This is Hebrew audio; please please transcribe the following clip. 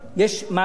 יועבר